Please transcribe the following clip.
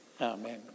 Amen